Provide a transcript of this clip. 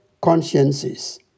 consciences